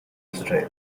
israel